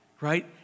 Right